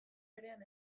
berean